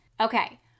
Okay